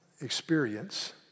experience